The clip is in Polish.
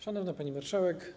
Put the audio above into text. Szanowna Pani Marszałek!